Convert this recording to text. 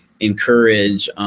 encourage